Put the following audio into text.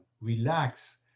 relax